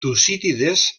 tucídides